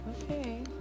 Okay